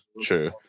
true